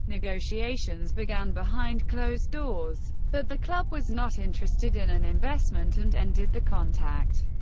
negotiations began behind closed doors, but the club was not interested in an investment and ended the contact.